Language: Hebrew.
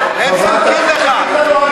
תודה רבה לחבר הכנסת גטאס.